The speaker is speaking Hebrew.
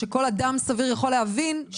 שכל אדם סביר יכול להבין,